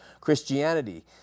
Christianity